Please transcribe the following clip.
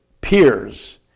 peers